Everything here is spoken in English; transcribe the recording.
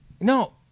No